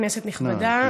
כנסת נכבדה,